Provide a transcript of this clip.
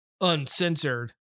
uncensored